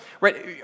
right